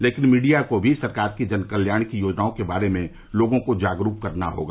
लेकिन मीडिया को भी सरकार की जनकल्याण की योजनाओं के बारे में लोगों को जागरुक करना होगा